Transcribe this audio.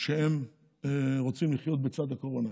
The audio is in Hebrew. שהם רוצים לחיות לצד הקורונה?